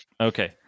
Okay